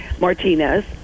Martinez